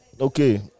Okay